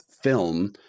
film